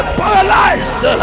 paralyzed